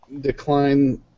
decline